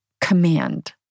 command